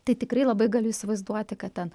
tai tikrai labai galiu įsivaizduoti kad ten